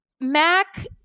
Mac